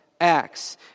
acts